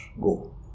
go